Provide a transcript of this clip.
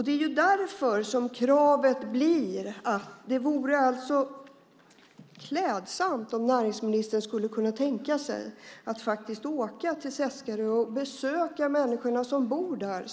Det är därför jag anser att det vore klädsamt om näringsministern skulle kunna tänka sig att åka till Seskarö och besöka människorna som bor där.